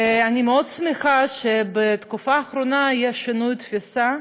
אני מאוד שמחה שבתקופה האחרונה יש שינוי תפיסה.